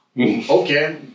okay